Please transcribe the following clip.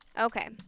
Okay